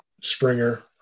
Springer